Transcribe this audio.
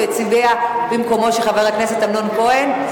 הצביע במקומו של חבר הכנסת אמנון כהן.